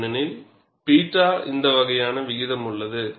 ஏனெனில் β இந்த வகையான விகிதம் உள்ளது